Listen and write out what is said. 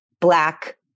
black